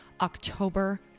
October